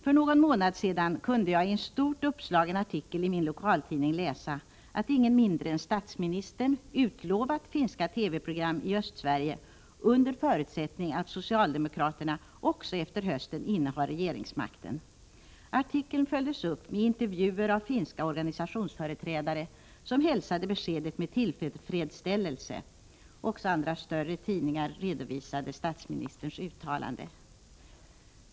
För någon månad sedan kunde jag i en stort uppslagen artikel i min lokaltidning läsa att ingen mindre än statsministern utlovat finska TV-program i Östsverige, under förutsättning att socialdemokraterna också efter hösten innehar regeringsmakten. Artikeln följdes upp med intervjuer av finska organisationsföreträdare, som hälsade beskedet med tillfredsställelse. Också andra större tidningar redovisade statsministerns uttalande.